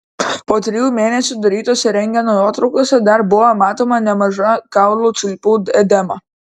po trijų mėnesių darytose rentgeno nuotraukose dar buvo matoma nemaža kaulų čiulpų edema